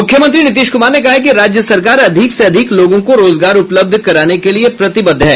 मुख्यमंत्री नीतीश कुमार ने कहा है कि राज्य सरकार अधिक से अधिक लोगों को रोजगार उपलब्ध कराने के लिए प्रतिबद्ध है